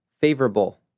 favorable